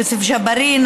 יוסף ג'בארין,